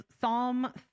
Psalm